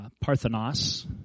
Parthenos